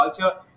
culture